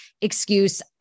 excuse